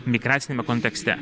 migraciniame kontekste